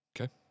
Okay